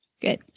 Good